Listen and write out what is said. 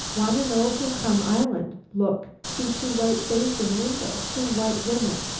wanna know who come island. look. see two white face in window two white women.